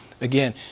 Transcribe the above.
Again